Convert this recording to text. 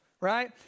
right